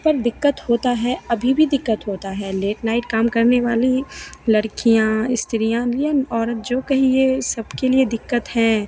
पर दिक्कत होता है अभी भी दिक्कत होता है लेट नाइट काम करने वाली लड़कियाँ स्त्रियाँ औरत जो कहिए सबके लिए दिक्कत हैं